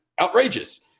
outrageous